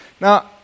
Now